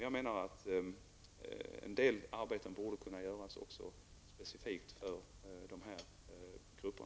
Jag menar att en del arbeten också borde kunna göras specifikt för dessa grupper.